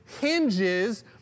hinges